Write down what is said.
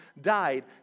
died